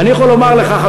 ואני יכול לומר לך,